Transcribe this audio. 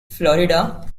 florida